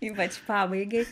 ypač pabaigai